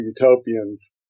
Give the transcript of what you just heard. utopians